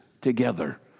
together